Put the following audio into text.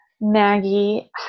Maggie